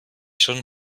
schon